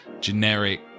generic